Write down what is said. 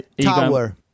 Tower